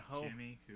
Jimmy